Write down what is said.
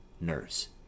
Nurse